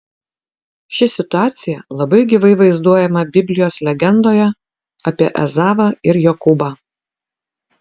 ši situacija labai gyvai vaizduojama biblijos legendoje apie ezavą ir jokūbą